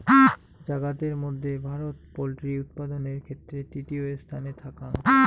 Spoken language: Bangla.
জাগাতের মধ্যে ভারত পোল্ট্রি উৎপাদানের ক্ষেত্রে তৃতীয় স্থানে থাকাং